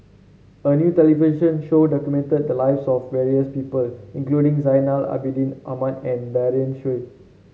a new television show documented the lives of various people including Zainal Abidin Ahmad and Daren Shiau